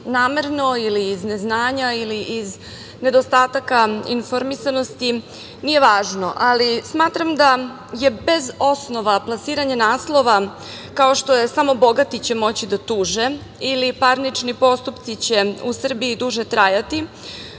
ili iz neznanja ili nedostataka informisanosti, nije važno. Smatram da je bez osnova plasiranje naslova kao što je - samo bogati će moći da tuže, ili parnični postupci će u Srbiji duže trajati.